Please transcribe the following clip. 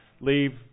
leave